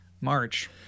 March